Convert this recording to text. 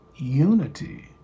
unity